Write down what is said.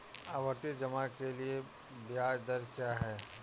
आवर्ती जमा के लिए ब्याज दर क्या है?